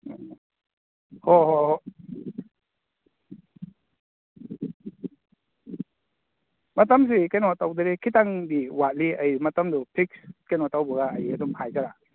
ꯍꯣꯍꯣꯍꯣ ꯃꯇꯝꯁꯦ ꯀꯩꯅꯣ ꯇꯧꯗꯣꯔꯤ ꯈꯤꯇꯪꯗꯤ ꯋꯥꯠꯂꯤ ꯑꯩ ꯃꯇꯝꯗꯨ ꯐꯤꯛꯁ ꯀꯩꯅꯣ ꯇꯧꯕꯒ ꯑꯩ ꯑꯗꯨꯝ ꯍꯥꯏꯖꯔꯛꯑꯒꯦ